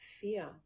fear